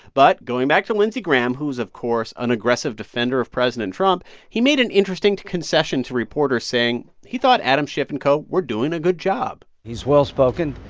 but going back to lindsey graham, who is, of course, an aggressive defender of president trump he made an interesting concession to reporters, saying he thought adam schiff and co. were doing a good job he's well-spoken,